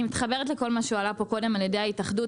אני מתחברת לכל מה שהועלה פה קודם על ידי ההתאחדות.